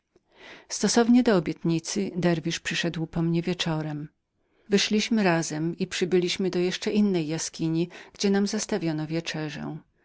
stosownie do obietnicy derwisz przyszedł po mnie wieczorem wyszliśmy razem i przybyliśmy jeszcze do innej jaskini gdzie nam zastawiono wieczerzę